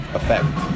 effect